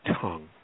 tongue